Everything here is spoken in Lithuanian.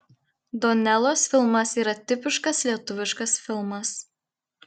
donelos filmas yra tipiškas lietuviškas filmas